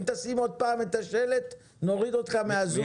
אם תשים עוד פעם את השלט נוריד אותך מן הזום.